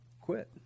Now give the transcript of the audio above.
quit